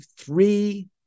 three